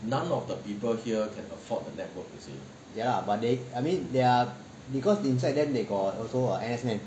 ya lah but they I mean they are because inside them they got also N_S man